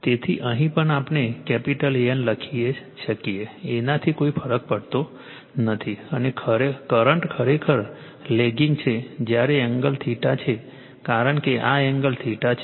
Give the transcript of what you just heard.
તેથી અહીં પણ આપણે કેપિટલ AN લખી શકીએ એનાથી કોઈ ફરક પડતો નથી અને કરંટ ખરેખર લેગિંગ છે જ્યારે એંગલ છે કારણ કે આ એંગલ છે